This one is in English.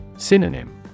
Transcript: Synonym